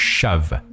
Shove